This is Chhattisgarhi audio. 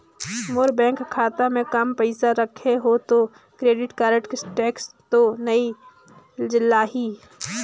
मोर बैंक खाता मे काम पइसा रखे हो तो क्रेडिट कारड टेक्स तो नइ लाही???